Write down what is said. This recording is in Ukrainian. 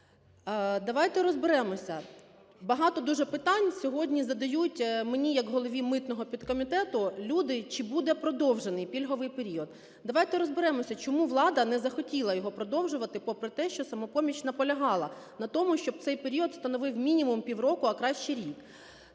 Давайте розберемося. Багато дуже питань сьогодні задають мені як голові митного підкомітету люди, чи буде продовжений пільговий період. Давайте розберемося, чому влада не захотіла його продовжувати, попри те, що "Самопоміч" наполягала на тому, щоб цей період становив мінімум півроку, а краще рік.